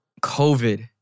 COVID